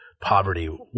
poverty